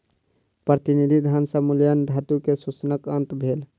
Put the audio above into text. प्रतिनिधि धन सॅ मूल्यवान धातु के शोषणक अंत भेल